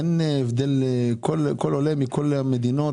כל עולה מכל המדינות,